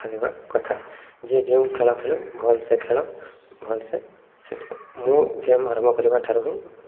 ଖେଲିବା କଥା ଯେ ଯେଉଁ ଖେଳ ଖେଳୁ ଭଲ୍ସେ ଖେଳ ଭଲ୍ସେ ମୁଁ ଗେମ୍ ଆରମ୍ଭ କରିବା ଠାରୁ ହିଁ